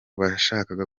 bashakaga